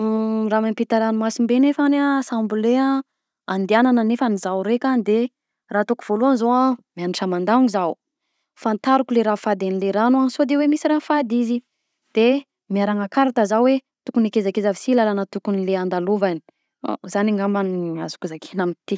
Raha miampita ranomasimbe nefany a sambole andianana nefany zaho raika any de raha ataoko voalohany zao a, miagnatra mandagno zaho, fantariko le raha fady anle rano a sao de hoe misy raha fady izy, de miaragna carte zah hoe tokony akaizakaiza aby si lalana tokony le andalovana, zany angamba no azoko zakaina amty.